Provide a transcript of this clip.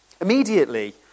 Immediately